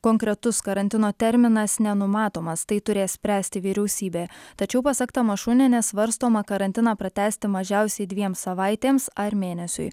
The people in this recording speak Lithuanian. konkretus karantino terminas nenumatomas tai turės spręsti vyriausybė tačiau pasak tamašūnienė svarstoma karantiną pratęsti mažiausiai dviem savaitėms ar mėnesiui